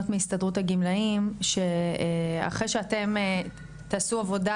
מהסתדרות הגמלאים שאחרי שאתם תעשו עבודה,